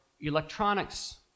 electronics